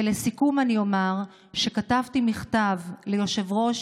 ולסיכום אומר שכתבתי מכתב ליושב-ראש